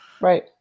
right